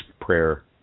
Prayer